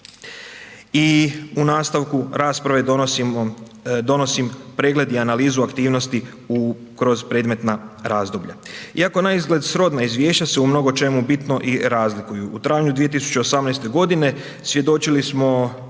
i u nastavku rasprave donosimo, donosim pregled i analizu aktivnosti u kroz, predmetna razdoblja, iako naizgled srodna Izvješća su u mnogočemu bitno i razlikuju. U travnju 2018.-te godine svjedočili smo